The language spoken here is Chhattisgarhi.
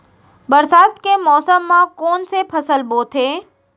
बरसात के मौसम मा कोन से फसल बोथे?